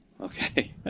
Okay